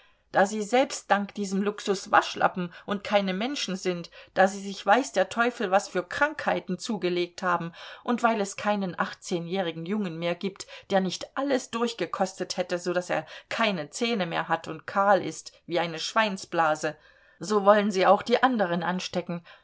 da sie selbst dank diesem luxus waschlappen und keine menschen sind da sie sich weiß der teufel was für krankheiten zugelegt haben und weil es keinen achtzehnjährigen jungen mehr gibt der nicht alles durchgekostet hätte so daß er keine zähne mehr hat und kahl ist wie eine schweinsblase so wollen sie auch die anderen anstecken